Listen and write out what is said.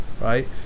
right